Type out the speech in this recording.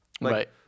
Right